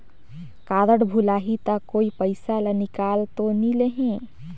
Card भुलाही ता कोई पईसा ला निकाल तो नि लेही?